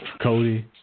Cody